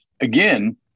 again